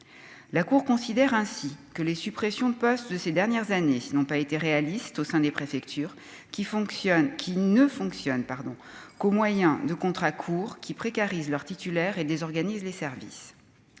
la cour considère ainsi que les suppressions de postes de ces dernières années n'ont pas été réaliste au sein des préfectures qui fonctionne, qui ne fonctionnent pardon qu'au moyen de contrats courts qui précarisent leurs titulaires et désorganise les services